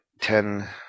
ten